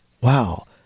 Wow